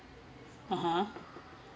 (uh huh)